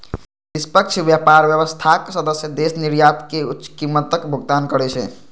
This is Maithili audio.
निष्पक्ष व्यापार व्यवस्थाक सदस्य देश निर्यातक कें उच्च कीमतक भुगतान करै छै